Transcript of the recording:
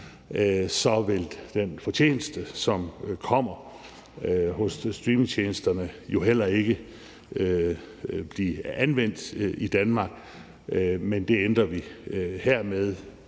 vil den fortjeneste, som fremkommer hos dem, heller ikke blive anvendt i Danmark. Men det ændrer vi hermed